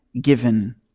given